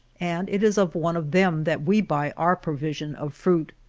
and it is of one of them that we buy our pro vision of fruit.